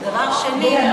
דבר שני,